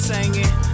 Singing